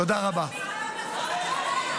אין תירוצים,